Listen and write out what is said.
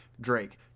Drake